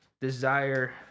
desire